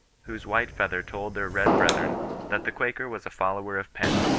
whose white feather told their red brethren that the quaker was a follower of penn,